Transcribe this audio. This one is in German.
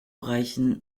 reichen